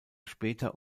später